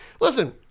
Listen